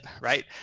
Right